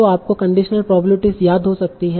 तों आपको conditional probabilities याद हो सकती हैं